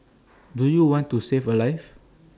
do you want to save A life